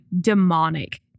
demonic